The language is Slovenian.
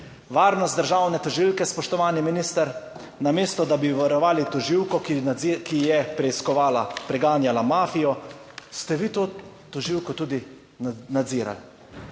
Varnost državne tožilke, spoštovani minister, namesto, da bi varovali tožilko, ki je preiskovala, preganjala mafijo, ste vi to tožilko tudi nadzirali.